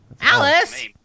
Alice